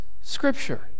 scripture